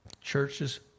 Churches